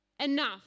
enough